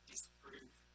disprove